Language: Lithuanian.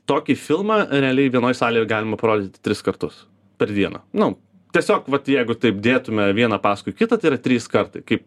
tokį filmą realiai vienoj salėj galima parodyt tris kartus per dieną nu tiesiog vat jeigu taip dėtume vieną paskui kitą tai yra trys kartai kai